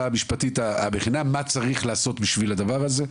המשפטית המכינה כדי שנדע מה צריך לעשות בשביל הדבר הזה.